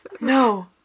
No